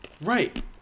Right